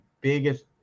biggest